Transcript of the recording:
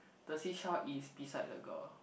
the seashell is beside the girl